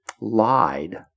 lied